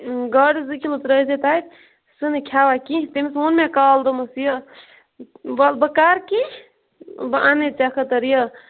گاڈٕ زٕ کلوٗ ترٲزِ تَتہِ سُہ نہٕ کھیٚوان کِہیٖنۍ تٔمس ووٚن مےٚ کالہ دوٚپمَس یہِ وَلہ بہٕ کَرٕ کینٛہہ بہٕ اَنے ژےٚ خٲطر یہِ